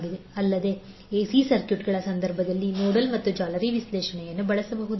ಅಲ್ಲದೆ ಎಸಿ ಸರ್ಕ್ಯೂಟ್ಗಳ ಸಂದರ್ಭದಲ್ಲಿ ನೋಡಲ್ ಮತ್ತು ಜಾಲರಿ ವಿಶ್ಲೇಷಣೆಯನ್ನು ಬಳಸಬಹುದು